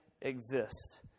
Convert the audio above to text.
exist